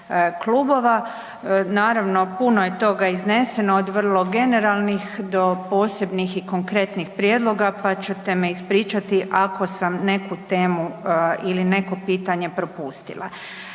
Naravno, puno je toga izneseno od vrlo generalnih do posebnih i konkretnih prijedloga, pa ćete me ispričati ako sam neku temu ili neko pitanje propustila.